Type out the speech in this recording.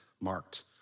marked